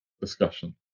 discussion